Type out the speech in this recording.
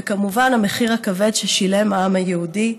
וכמובן, המחיר הכבד ששילם העם היהודי.